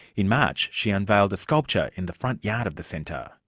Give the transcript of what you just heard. in march, she unveiled a sculpture in the front yard of the centre.